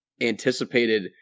anticipated